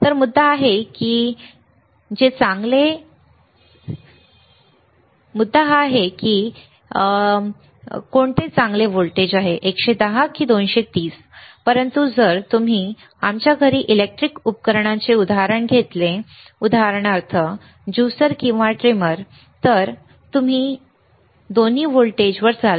तर मुद्दा हा आहे की हा आणखी एक विषय आहे की जे चांगले 110 चांगले आहे ते 230 व्होल्ट चांगले आहे परंतु जर तुम्ही आमच्या घरी इलेक्ट्रॉनिक उपकरणांचे उदाहरण घेतले उदाहरणार्थ ज्युसर किंवा ट्रिमर तर ते करू शकता दोन्ही व्होल्टेजवर चालवा